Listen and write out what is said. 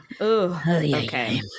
okay